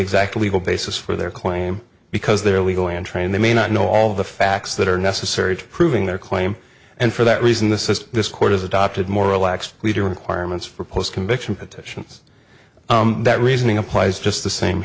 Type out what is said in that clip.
exact legal basis for their claim because they are legal and trained they may not know all the facts that are necessary to proving their claim and for that reason this is this court has adopted more relaxed leader requirements for post conviction petitions that reasoning applies just the same